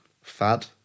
fad